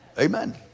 Amen